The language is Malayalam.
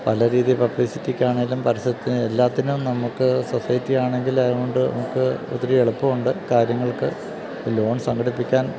പല രീതിയിൽ പബ്ലിസിറ്റിക്കാണെങ്കിലും പരസ്യത്തിനും എല്ലാത്തിനും നമുക്ക് സൊസൈറ്റിയാണെങ്കില് അതുകൊണ്ട് നമുക്കൊത്തിരി എളുപ്പമുണ്ട് കാര്യങ്ങൾക്ക് ലോൺ സംഘടിപ്പിക്കാൻ